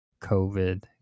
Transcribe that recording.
COVID